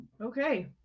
Okay